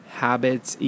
habits